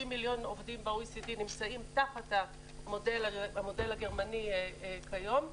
60 מיליון עובדים ב-OECD נמצאים תחת המודל הגרמני כיום.